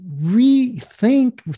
rethink